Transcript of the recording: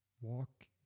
walk